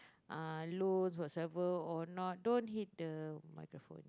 uh lose whatsoever or not don't hate the microphone